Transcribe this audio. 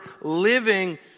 living